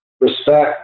respect